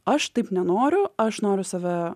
aš taip nenoriu aš noriu save